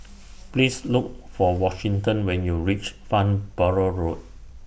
Please Look For Washington when YOU REACH Farnborough Road